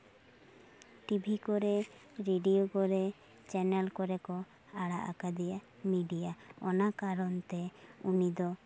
TV ᱠᱚᱨᱮ radio ᱠᱚᱨᱮ channel ᱠᱚᱨᱮ ᱠᱚ ᱟᱲᱟᱜ ᱟᱠᱟᱫᱮᱭᱟ ᱢᱤᱰᱤᱭᱟ ᱚᱱᱟ ᱠᱟᱨᱚᱱ ᱛᱮ ᱩᱱᱤ ᱫᱚ